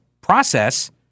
process